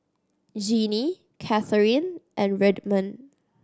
Jeanie Catherine and Redmond